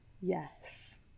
Yes